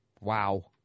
Wow